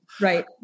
Right